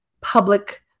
public